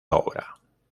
obra